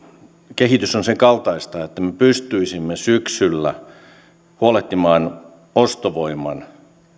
kehitys on senkaltaista että me pystyisimme syksyllä huolehtimaan ostovoiman